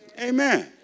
Amen